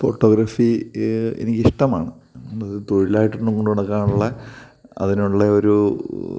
photography എനിക്ക് ഇഷ്ടമാണ് അത് തൊഴിലായിട്ട് കൊണ്ടു നടക്കാനുള്ള അതുനുള്ള ഒരു